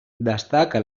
destaca